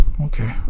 Okay